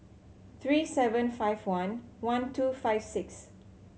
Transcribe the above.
three seven five one one two five six